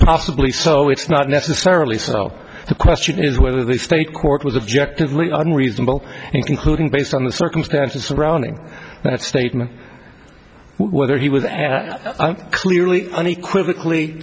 possibly so it's not necessarily so the question is whether the state court was objective we are not reasonable concluding based on the circumstances surrounding that statement whether he was clearly unequivocally